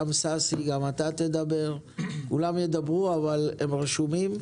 ששי שדה, גם אתה תדבר, כולם ידברו, אתם רשומים.